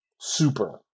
super